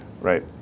right